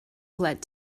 glad